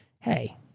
hey